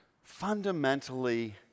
fundamentally